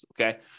okay